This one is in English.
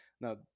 Now